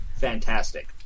fantastic